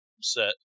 set